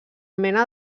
mena